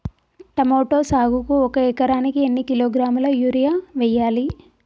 Tomato సాగుకు ఒక ఎకరానికి ఎన్ని కిలోగ్రాముల యూరియా వెయ్యాలి?